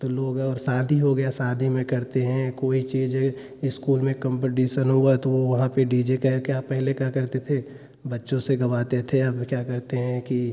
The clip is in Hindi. तो लोग और शादी हो गया शादी में करते हैं कोई चीज़ स्कूल में कंपटीशन हुआ तो वह वहाँ पर डी जे का क्या आप पहले क्या करते थे बच्चों से गवाते थे अब क्या करते हैं की